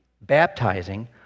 baptizing